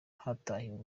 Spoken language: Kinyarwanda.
hatahiwe